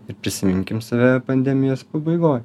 ir prisiminkim save pandemijos pabaigoj